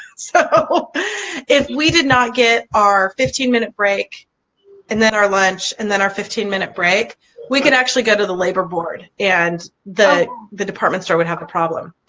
so if we did not get our fifteen minute break and then our lunch and then our fifteen minute break we can actually go to the labor board and the the department store would have a problem.